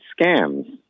scams